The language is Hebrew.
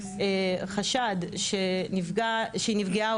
חשד שהיא נפגעה,